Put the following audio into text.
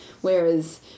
whereas